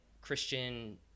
Christian